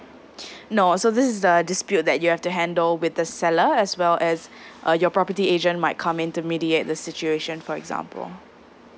no so this is the dispute that you have to handle with the seller as well as uh your property agent might come in to mediate the situation for example